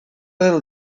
del